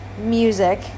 music